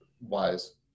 wise